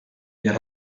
your